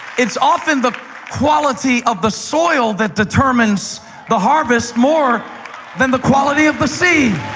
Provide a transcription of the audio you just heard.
it's often the quality of the soil that determines the harvest more than the quality of the seed.